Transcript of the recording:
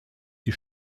die